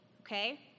okay